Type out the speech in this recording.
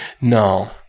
No